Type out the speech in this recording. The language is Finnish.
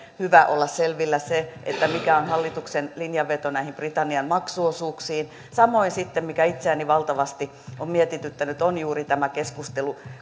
hyvä olla selvillä se mikä on hallituksen linjanveto britannian maksuosuuksiin samoin se mikä itseäni valtavasti on mietityttänyt on juuri tämä keskustelu